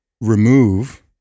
remove